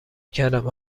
کردم